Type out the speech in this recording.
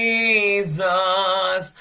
Jesus